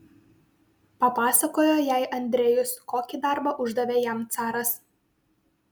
papasakojo jai andrejus kokį darbą uždavė jam caras